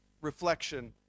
reflection